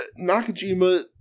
nakajima